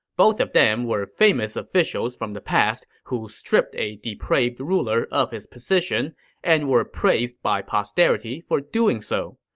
both of them were famous officials from the past who stripped a depraved ruler of his position and were praised by posterity for doing so.